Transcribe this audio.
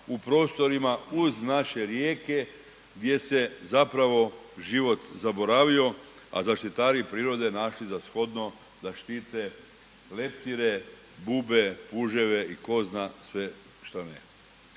u prostorima uz naše rijeke gdje se zapravo život zaboravio, a zaštitari prirode našli za shodno da štite leptire, bube, puževe i tko zna sve što ne.